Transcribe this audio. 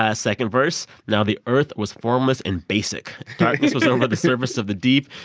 ah second verse, now the earth was formless and basic darkness was over the surface of the deep,